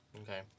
Okay